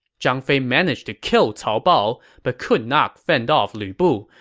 zhang fei managed to kill cao bao, but could not fend off lu bu,